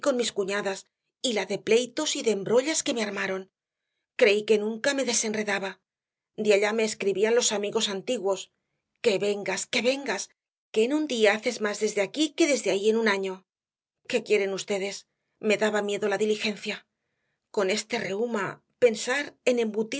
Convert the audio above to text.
mis cuñadas y la de pleitos y de embrollas que me armaron creí que nunca me desenredaba de allá me escribían los amigos antiguos que vengas que vengas que en un día haces más desde aquí que desde ahí en un año qué quieren vds me daba miedo la diligencia con este reuma pensar en